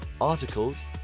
articles